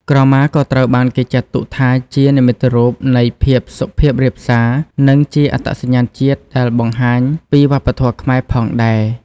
ក្រមាក៏ត្រូវបានគេចាត់ទុកថាជា និមិត្តរូបនៃភាពសុភាពរាបសារ និងជា អត្តសញ្ញាណជាតិ ដែលបង្ហាញពីវប្បធម៌ខ្មែរផងដែរ។